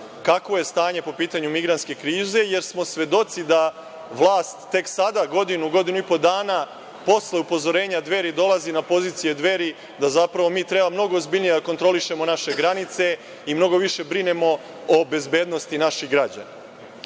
kakvo je stanje po pitanju migrantske krize, jer smo svedoci da vlast tek sada godinu, godinu i po dana posle upozorenja Dveri dolazi na pozicije Dveri da zapravo mi treba mnogo ozbiljnije da kontrolišemo naše granice i mnogo više brinemo o bezbednosti naših građana. Drugo